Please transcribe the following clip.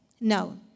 No